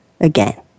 again